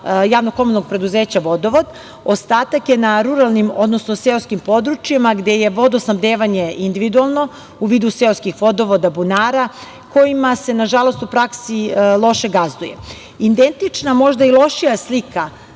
Javno komunalnog preduzeća „Vodovod“. Ostatak je na ruralnim, odnosno seoskim područjima gde je vodosnabdevanje individualno, u vidu seoskih vodovoda, bunara kojima se, nažalost, u praksi loše gazduje. Identična, možda i lošija slika